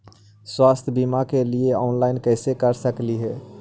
स्वास्थ्य बीमा के लिए ऑनलाइन कैसे कर सकली ही?